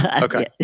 Okay